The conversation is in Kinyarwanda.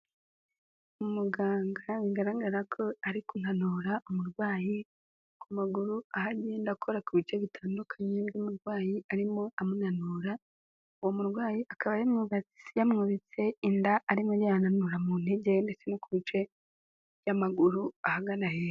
Umuganga bigaragara ko ari kunanura umurwayi ku maguru, aho agenda akora ku bice bitandukanye by'umurwayi arimo amunanura, uwo murwayi akaba yamwubitse inda arimo ananura mu ntege ndetse no ku bice by'amaguru ahagana hepfo.